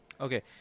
Okay